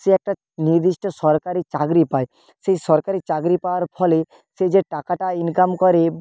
সে একটা নির্দিষ্ট সরকারি চাকরি পায় সেই সরকারি চাকরি পাওয়ার ফলে সে যে টাকাটা ইনকাম করে